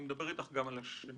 אני מדבר איתך גם על השנים האחרונות.